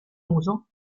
uso